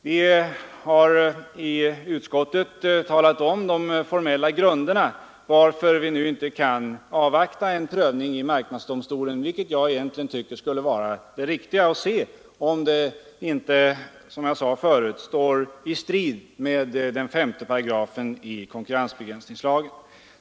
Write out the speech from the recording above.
Vi har i utskottet talat om de formella grunderna för att vi inte nu kan avvakta en prövning av marknadsdomstolen, vilket jag egentligen tycker skulle vara det riktiga för att se om detta inte, som jag sade förut, står i strid med 5 § konkurrensbegränsningslagen.